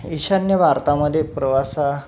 ईशान्य भारतामध्ये प्रवास हा